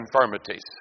infirmities